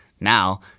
Now